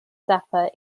zappa